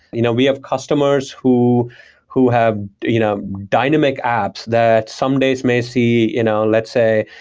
you know we have customers who who have you know dynamic apps that some days may see, you know let's say,